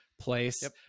place